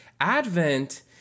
Advent